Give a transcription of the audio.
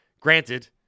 granted